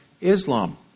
Islam